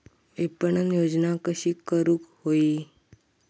विपणन योजना कशी करुक होई?